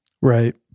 right